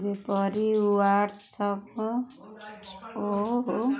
ଯେପରି WhatsApp ଓ